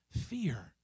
fear